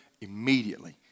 immediately